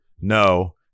no